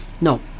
No